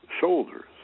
shoulders